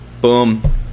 Boom